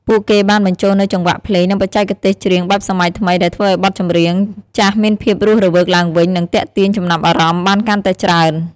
ពួកគេបានបញ្ចូលនូវចង្វាក់ភ្លេង និងបច្ចេកទេសច្រៀងបែបសម័យថ្មី ដែលធ្វើឱ្យបទចម្រៀងចាស់មានភាពរស់រវើកឡើងវិញ និងទាក់ទាញចំណាប់អារម្មណ៍បានកាន់តែច្រើន ។